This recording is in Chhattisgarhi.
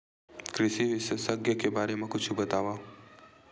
कृषि विशेषज्ञ के बारे मा कुछु बतावव?